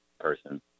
person